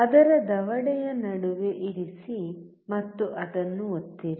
ಅದರ ದವಡೆಯ ನಡುವೆ ಇರಿಸಿ ಮತ್ತು ಅದನ್ನು ಒತ್ತಿರಿ